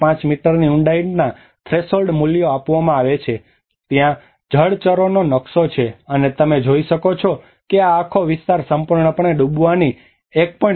5 મીટરની ઉંડાઈના થ્રેશોલ્ડ મૂલ્યો આપવામાં આવે છે ત્યાં જળચરોનો નકશો છે અને જો તમે જોઈ શકો કે આ આખો વિસ્તાર સંપૂર્ણપણે ડૂબવાની 1